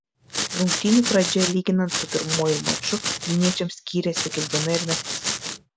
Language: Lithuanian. rungtynių pradžia lyginant su pirmuoju maču vilniečiams skyrėsi kaip diena ir naktis